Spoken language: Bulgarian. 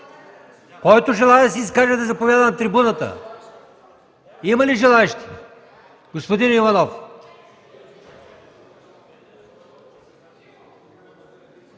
Който желае да се изкаже, да заповяда на трибуната. Има ли желаещи? Господин Иванов!